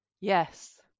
Yes